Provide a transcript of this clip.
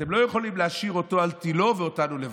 אתם לא יכולים להשאיר אותו על תילו ואותנו לבטל,